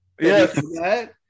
Yes